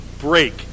break